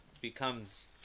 becomes